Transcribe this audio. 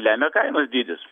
lemia kainos dydis